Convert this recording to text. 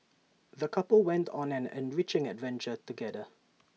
the couple went on an enriching adventure together